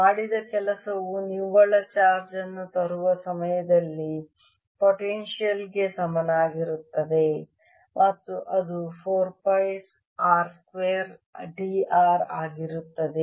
ಮಾಡಿದ ಕೆಲಸವು ನಿವ್ವಳ ಚಾರ್ಜ್ ಅನ್ನು ತರುವ ಸಮಯಗಳಲ್ಲಿ ಪೊಟೆನ್ಶಿಯಲ್ ಗೆ ಸಮನಾಗಿರುತ್ತದೆ ಮತ್ತು ಅದು 4 pi r square d r ಆಗಿರುತ್ತದೆ